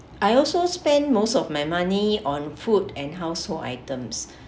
I also spend most of my money on food and household items